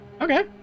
okay